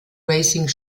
racing